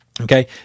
okay